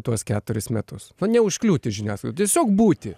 tuos keturis metus neužkliūti žiniasklaidai tiesiog būti